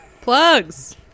Plugs